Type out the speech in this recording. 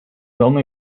only